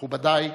מכובדי,